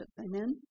Amen